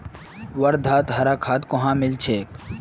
वर्धात हरा खाद कुहाँ मिल छेक